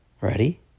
Ready